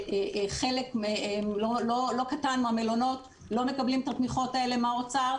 שחלק לא קטן מהמלונות לא מקבלים את התמיכות האלה מהאוצר,